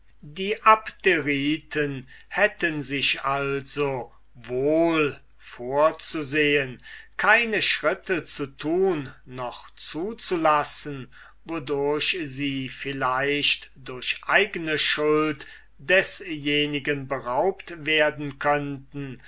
die abderiten hätten sich also wohl vorzusehen keine schritte zu tun noch zuzulassen wodurch sie vielleicht durch eigne schuld desjenigen beraubt werden könnten